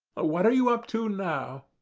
ah what are you up to now?